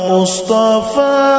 Mustafa